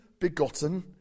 begotten